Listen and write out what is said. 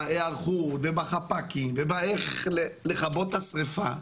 ההיערכות, ובחפ"קים, ובאיך לכבות את השריפה,